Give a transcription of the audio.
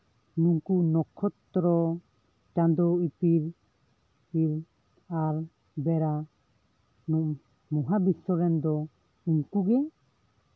ᱱᱩᱠᱩ ᱱᱚᱠᱷᱚᱛᱨᱚ ᱪᱟᱸᱫᱳ ᱤᱯᱤᱞ ᱮᱜᱮᱸᱞ ᱟᱨ ᱵᱮᱲᱟ ᱢᱚᱦᱟ ᱵᱤᱥᱥᱚ ᱨᱮᱱ ᱫᱚ ᱱᱩᱠᱩ ᱜᱮ